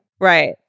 right